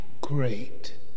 great